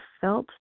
felt